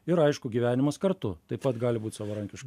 ir aišku gyvenimas kartu taip pat gali būt savarankiška